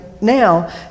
now